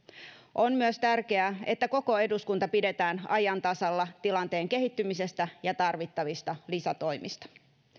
on myös tärkeää että koko eduskunta pidetään ajan tasalla tilanteen kehittymisestä ja tarvittavista lisätoimista